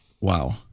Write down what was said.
Wow